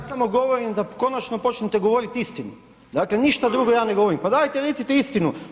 Pa ja samo govorim da konačno počnete govoriti istinu, dakle ništa drugo ja ne govorim, pa dajte recite istinu.